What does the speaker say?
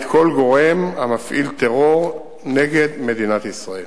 כל גורם המפעיל טרור נגד מדינת ישראל.